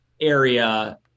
area